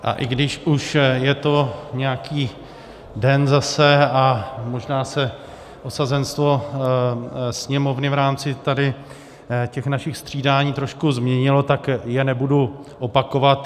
A i když už je to nějaký den zase a možná se osazenstvo sněmovny v rámci tady těch našich střídání trošku změnilo, tak je nebudu opakovat.